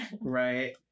right